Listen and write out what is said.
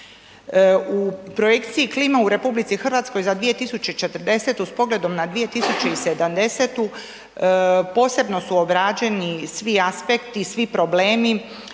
U projekciji klima u RH za 2040. s pogledom na 2070. posebno su obrađeni svi aspekti i svi problemi.